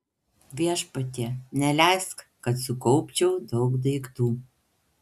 viešpatie neleisk kad sukaupčiau daug daiktų